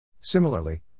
Similarly